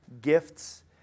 gifts